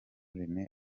rene